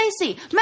Stacy